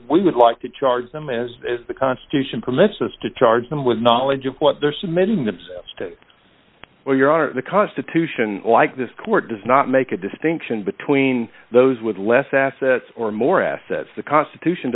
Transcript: we would like to charge them as the constitution permits us to charge them with knowledge of what they're submitting themselves to or your honor the constitution like this court does not make a distinction between those with less assets or more assets the constitution